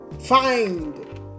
find